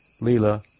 leela